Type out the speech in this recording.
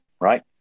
right